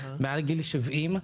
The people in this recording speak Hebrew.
מעל גיל 70,